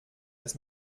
dass